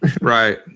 Right